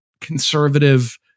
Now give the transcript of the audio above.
conservative